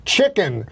Chicken